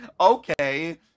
Okay